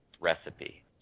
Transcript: recipe